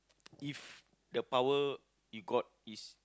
if the power you got is